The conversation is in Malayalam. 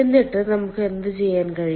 എന്നിട്ട് നമുക്ക് എന്ത് ചെയ്യാൻ കഴിയും